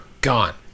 gone